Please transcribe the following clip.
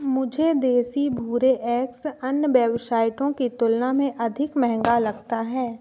मुझे देसी भूरे एग्स अन्य बेवसाइटों की तुलना में अधिक महंगा लगता है